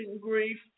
grief